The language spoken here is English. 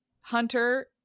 hunter